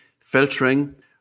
filtering